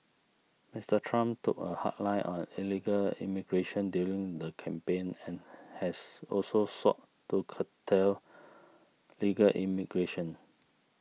Mister Trump took a hard line on illegal immigration during the campaign and has also sought to curtail legal immigration